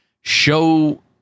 show